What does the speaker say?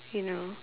you know